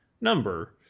number